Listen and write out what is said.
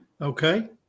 Okay